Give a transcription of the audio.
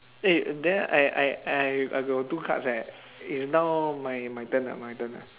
eh then I I I I got two cards eh it's now my my turn ah my turn ah